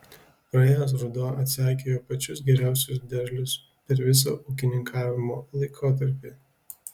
praėjęs ruduo atseikėjo pačius geriausius derlius per visą ūkininkavimo laikotarpį